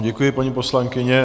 Děkuji vám, paní poslankyně.